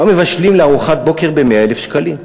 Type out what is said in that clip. מה מבשלים לארוחת בוקר ב-100,000 שקלים?